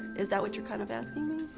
is that what you're kind of asking me?